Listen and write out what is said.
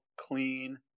clean